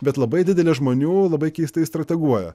bet labai didelė žmonių labai keistai strateguoja